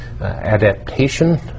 adaptation